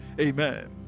amen